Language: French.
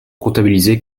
comptabilisées